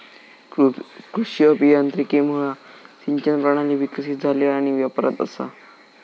कृषी अभियांत्रिकीमुळा सिंचन प्रणाली विकसीत झाली आणि वापरात असा